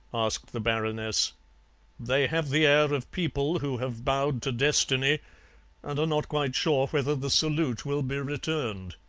asked the baroness they have the air of people who have bowed to destiny and are not quite sure whether the salute will be returned.